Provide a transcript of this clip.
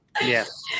Yes